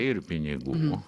ir pinigų